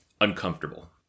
uncomfortable